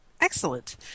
Excellent